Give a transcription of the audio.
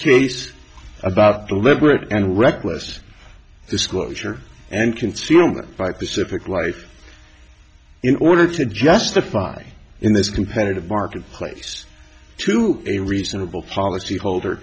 case about deliberate and reckless disclosure and concealment by the civic life in order to justify in this competitive marketplace to a reasonable policy holder